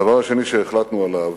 הדבר השני שהחלטנו עליו,